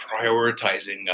prioritizing